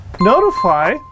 notify